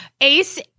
Ace